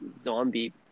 zombie